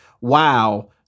wow